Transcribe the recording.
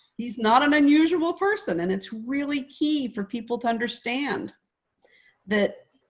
he's not an unusual person. and it's really key for people to understand that,